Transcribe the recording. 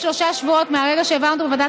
יש שלושה שבועות מהרגע שהעברנו אותו בוועדת